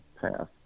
path